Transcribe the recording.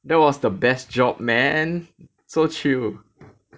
that was the best job man so chill